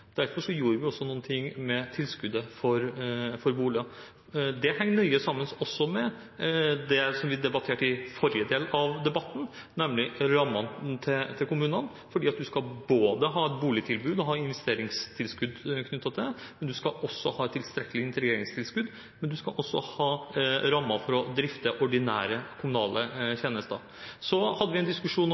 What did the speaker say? Derfor gjorde vi også noe med tilskuddet til boliger. Det henger også nøye sammen med det som vi debatterte i forrige del av debatten, nemlig rammene til kommunene, for de skal ha et boligtilbud og et investeringstilskudd knyttet til det, men de skal også ha et tilstrekkelig integreringstilskudd og rammer for å drifte ordinære kommunale tjenester. Så hadde vi en diskusjon om